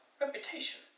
reputation